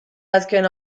azken